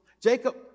Jacob